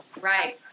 right